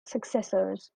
successors